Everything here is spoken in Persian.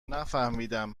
نفهمیدم